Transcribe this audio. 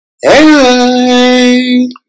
Hey